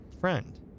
friend